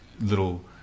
little